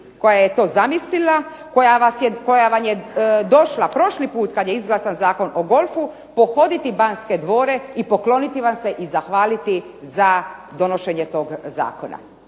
koja je to zamislila, koja vam je došla prošli put kad je izglasan Zakon o golfu, pohoditi Banske dvore i pokloniti vam se i zahvaliti za donošenje tog zakona.